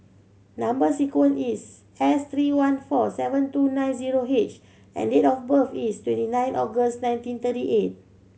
number sequence is S three one four seven two nine zero H and date of birth is twenty nine August nineteen thirty eight